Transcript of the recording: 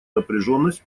напряженность